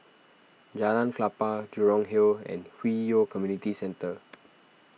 Jalan Klapa Jurong Hill and Hwi Yoh Community Centre